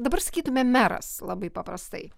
dabar sakytumėm meras labai paprastai